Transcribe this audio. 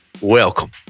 Welcome